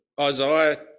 Isaiah